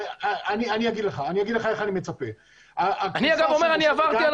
אגיד לך איך אני מצפה --- עברתי על